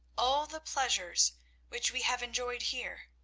all the pleasures which we have enjoyed here,